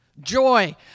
joy